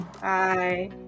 Bye